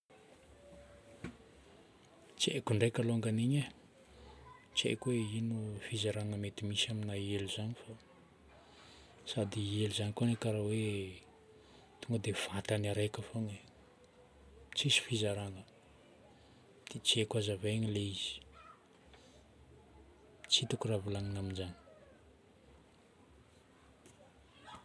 Tsy haiko ndraika alongany igny e. Tsy haiko hoe ino fizaragna mety misy amina elo zagny fa. Sady elo zagny koa anie karaha hoe tonga dia vatagny araika fôgna e, tsisy fizaragna. Dia tsy haiko hazavaina ilay izy. Tsy hitako raha volagnina amin'izagny.